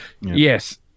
Yes